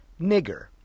nigger